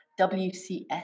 WCS